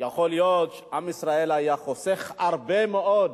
יכול להיות שעם ישראל היה חוסך הרבה מאוד